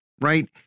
Right